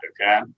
Okay